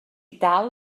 dal